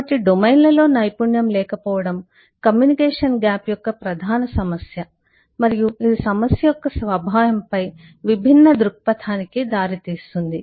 కాబట్టి డొమైన్లలో నైపుణ్యం లేకపోవడం కమ్యూనికేషన్ గ్యాప్ యొక్క ప్రధాన సమస్య మరియు ఇది సమస్య యొక్క స్వభావంపై విభిన్న దృక్పథానికి దారితీస్తుంది